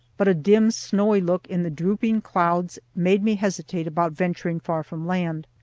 but a dim snowy look in the drooping clouds made me hesitate about venturing far from land.